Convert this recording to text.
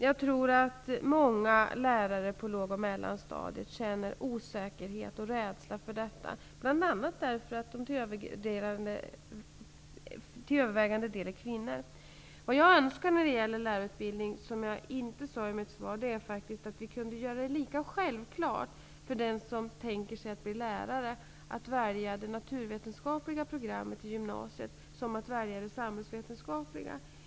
Jag tror att många lärare på låg och mellanstadiet känner osäkerhet och rädsla för detta, bl.a. därför att de till övervägande del är kvinnor. Jag önskar att vi kunde komma dithän att det för den som tänker sig att bli lärare vore lika självklart att välja det naturvetenskapliga programmet i gymnasiet, som att välja det samhällsvetenskapliga.